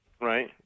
Right